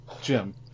jim